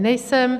Nejsem.